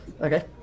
okay